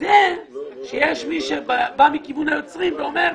עלזה שיש מי שבא מכיוון היוצרים, ואומר: